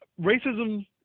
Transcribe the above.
racism